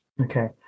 okay